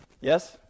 Yes